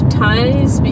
ties